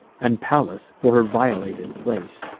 and pallas, for her violated place.